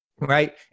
Right